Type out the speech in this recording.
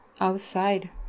outside